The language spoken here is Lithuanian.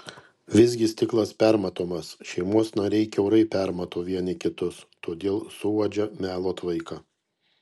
visgi stiklas permatomas šeimos nariai kiaurai permato vieni kitus todėl suuodžia melo tvaiką